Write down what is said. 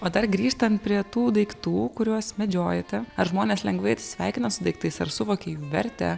o dar grįžtant prie tų daiktų kuriuos medžiojate ar žmonės lengvai atsisveikina su daiktais ar suvokia jų vertę